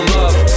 love